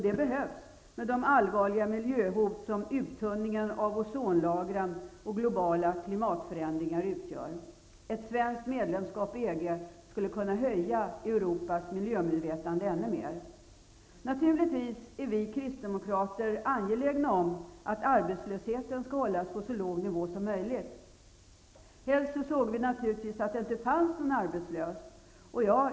Det behövs med de allvarliga miljöhot som uttunningen av ozonlagren och globala klimatförändringar utgör. Ett svenskt medlemskap i EG skulle kunna höja Europas miljömedvetande ännu mer. Naturligtvis är vi kristdemokrater angelägna om att arbetslösheten skall hållas på så låg nivå som möjligt. Helst såge vi naturligtvis att det inte fanns någon arbetslöshet.